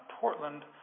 Portland